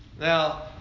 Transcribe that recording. Now